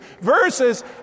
verses